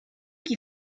qui